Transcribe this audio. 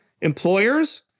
employers